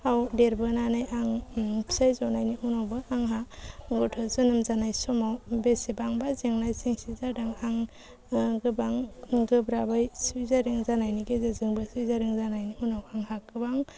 आव देरबोनानै आं फिसाइ जनाइनि उनावबो आंहा गथ' जोनोम जानाय समाव बेसेबांबा जेंना जेंसि जादों आं गोबां गोब्राबै सिजारिं जानायनि गेजेरजोंबो सिजारिं जानायनि उनाव आंहा गोबां